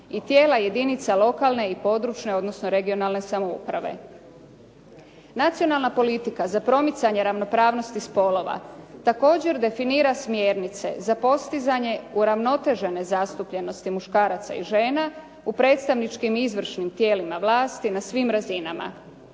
i tijela jedinica lokalne i područne odnosno regionalne samouprave. Nacionalna politika za promicanje ravnopravnosti spolova također definira smjernice za postizanje uravnotežene zastupljenosti muškaraca i žena u predstavničkim i izvršnim tijelima vlasti na svim razinama.